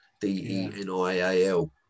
d-e-n-i-a-l